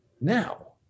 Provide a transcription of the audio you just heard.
Now